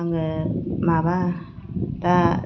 आङो माबा दा